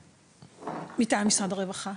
מטעם משרד הרווחה.